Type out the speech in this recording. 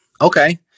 okay